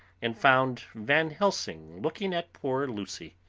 and found van helsing looking at poor lucy,